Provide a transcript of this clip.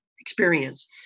experience